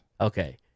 Okay